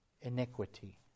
iniquity